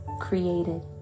created